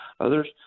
others